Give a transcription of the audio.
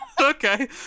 okay